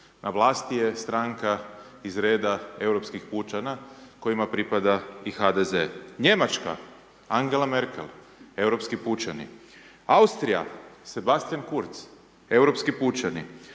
na vlasti je stranka iz red europskih pučana kojima pripada i HDZ. Njemačka Angela Merkel europski pučani, Austrija Sebastian Kurtz europski pučani,